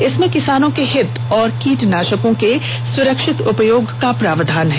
इसमें किसानों के हित और कीटनाशकों के सुरक्षित उपयोग का प्रावधान है